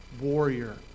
warrior